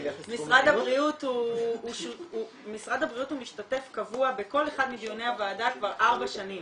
משרד הבריאות הוא משתתף קבוע בכל אחד מדיוני הוועדה כבר ארבע שנים.